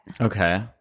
Okay